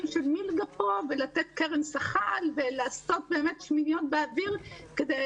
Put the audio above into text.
של מלגה פה ולתת קרן שכ"ל ולעשות שמיניות באוויר כדי